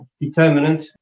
determinant